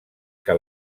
que